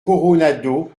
coronado